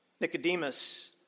Nicodemus